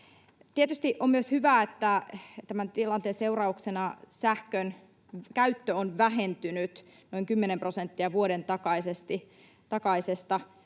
Tietysti on myös hyvä, että tämän tilanteen seurauksena sähkön käyttö on vähentynyt noin kymmenen prosenttia vuoden takaisesta.